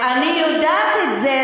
אני יודעת את זה,